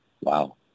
Wow